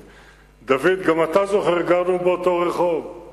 2009): פורסם כי תושבי נווה-יעקב בכלל